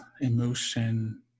emotion